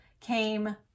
came